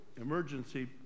emergency